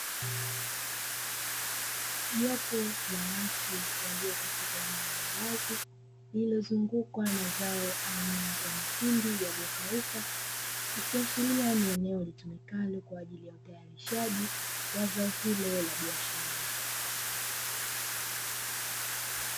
Jopo la watu walio katika eneo la wazi lliilozungukwa na zao aina ya mahindi yaliyokauka ikiashiria ni eneo litumikalo kwa ajili ya utayarishaji wa zao hilo la biashara.